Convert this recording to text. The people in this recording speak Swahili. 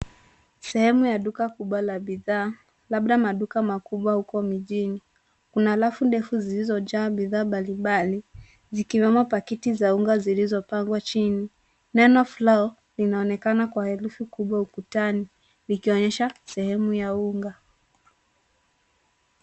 Sehemu ya duka kubwa la bidhaa labda maduka makubwa huko mijini. Kuna rafu ndefu zilizojaa bidhaa mbalimbali zikiwemo pakiti za unga zilizopangwa chini. Neno flour linaonekana kwa herufi kubwa ukutani likionyesha sehemu ya unga.